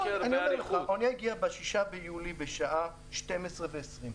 האונייה הגיעה ב-6 ביולי בשעה שתים עשרה ועשרים.